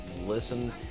listen